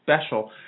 special